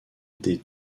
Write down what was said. des